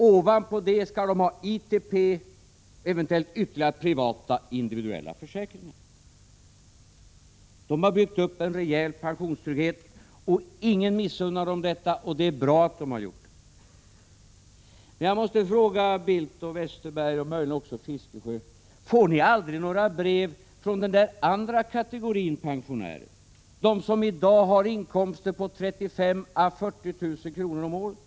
Ovanpå detta skall de ha ITP och eventuellt ytterligare privata individuella försäkringar. De har byggt upp en rejäl pensionstrygghet. Ingen missunnar dem detta, och det är bra att de har gjort det. Men jag måste fråga Bildt och Westerberg, och möjligen också Fiskesjö: Får ni aldrig några brev från den där andra kategorin pensionärer, de som i dag har inkomster på 35 000 å 40 000 kr. om året?